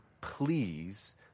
please